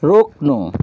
रोक्नु